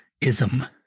ism